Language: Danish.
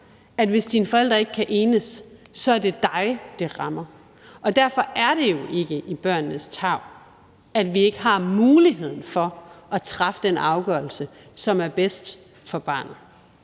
Hvis dine forældre ikke kan enes, er det dig, det rammer. Derfor er det jo ikke i barnets tarv, at vi ikke har muligheden for at træffe den afgørelse, som er bedst for barnet.